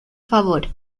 favor